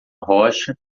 rocha